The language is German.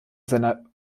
seiner